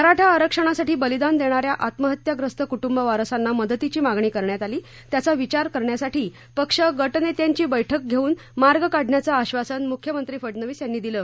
मराठा आरक्षणासाठी बलिदान देणाऱ्या आत्महत्याग्रस्त कुटुंब वारसांना मदतीची मागणी करण्यात आली त्याचा विचार करण्यासाठी पक्ष गटनेत्यांची बैठक घेऊन मार्ग काढण्याच आधासन मुख्यमंत्री फडनवीस यांनी दिलं